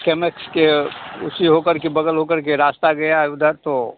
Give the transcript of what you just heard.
कैमेक्स के उसी होकर के बग़ल होकर के रास्ता गया है उधर तो